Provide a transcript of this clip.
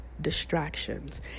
distractions